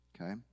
Okay